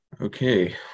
Okay